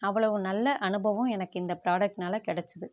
அவ்வளவு நல்ல அனுபவம் எனக்கு இந்த ப்ராடக்ட்னால் கிடைச்சது